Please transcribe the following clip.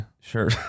Sure